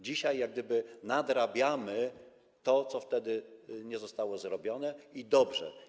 Dzisiaj jak gdyby nadrabiamy to, co wtedy nie zostało zrobione, i dobrze.